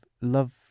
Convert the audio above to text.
love